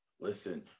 listen